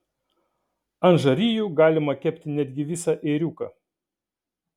ant žarijų galima kepti netgi visą ėriuką